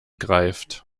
greift